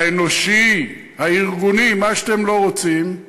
האנושי, הארגוני, מה שאתם לא רוצים,